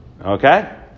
Okay